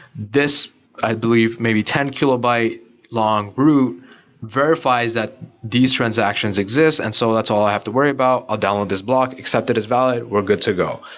this i believe maybe ten kilobyte long root verifies that these transactions exist, and so that's all i have to worry about. i'll ah download this block, accept it as valid. we're good to go.